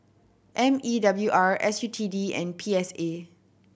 M E W R S U T D and P S A